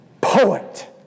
poet